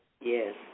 Yes